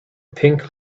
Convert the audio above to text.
pink